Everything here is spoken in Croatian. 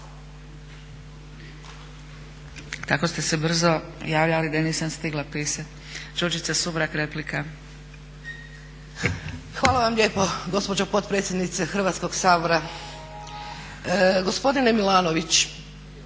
Hvala vam lijepo gospođo potpredsjednice Hrvatskog sabora. Gospodine Milanović,